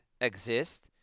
exist